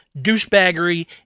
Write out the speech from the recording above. douchebaggery